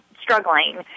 struggling